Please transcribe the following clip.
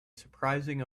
surprising